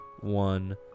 one